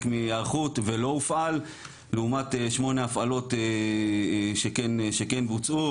מהיערכות ולא הופעל לעומת שמונה הפעלות שכן בוצעו.